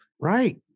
right